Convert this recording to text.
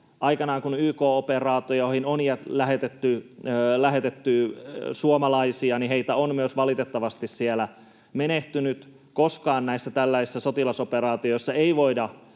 aikanaan, kun YK-operaatioihin on lähetetty suomalaisia, heitä on valitettavasti siellä myös menehtynyt. Koskaan näissä tällaisissa sotilasoperaatioissa ei voida